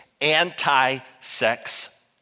anti-sex